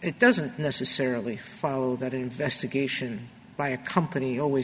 it doesn't necessarily follow that investigation by a company always